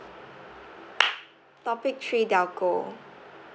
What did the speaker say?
topic three telco